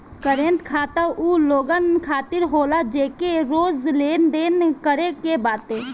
current खाता उ लोगन खातिर होला जेके रोज लेनदेन करे के बाटे